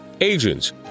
agents